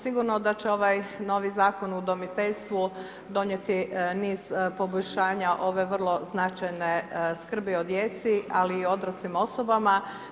Sigurno da će ovaj novi Zakon o udomiteljstvu donijeti niz poboljšanja ove vrlo značajne skrbi o djeci, ali i o odraslim osobama.